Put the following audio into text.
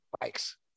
bikes